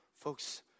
Folks